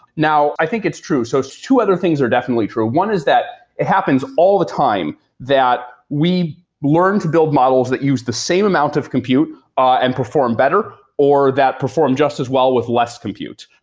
now, i think it's true. so so two other things are definitely true. one is that it happens all the time, that we learn to build models models that use the same amount of compute and perform better, or that perform just as well with less compute.